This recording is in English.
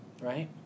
right